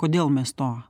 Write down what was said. kodėl mes tuo